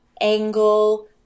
angle